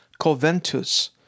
coventus